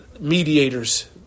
Mediators